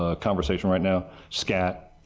ah conversation right now. scat.